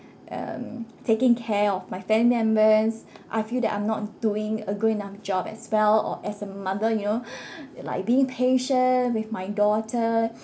um taking care of my family members I feel that I'm not doing a good enough job as well or as a mother you know like being patient with my daughter